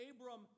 Abram